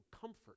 comfort